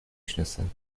شناسم